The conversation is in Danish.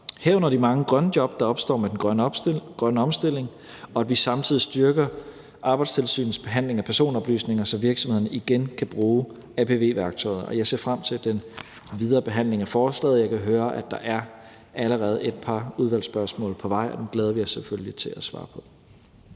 herunder de mange grønne job, der opstår med den grønne omstilling, og at vi samtidig styrker Arbejdstilsynets behandling af personoplysninger, så virksomhederne igen kan bruge apv-værktøjet. Og jeg ser frem til den videre behandling af forslaget. Jeg kan høre, at der allerede er et par udvalgsspørgsmål på vej, og dem glæder vi os selvfølgelig til at svare på.